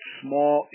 small